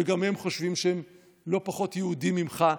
וגם הם חושבים שהם לא פחות יהודים ממך.